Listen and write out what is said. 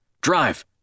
Drive